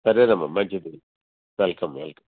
సరేనమ్మా మంచిది welcome welcome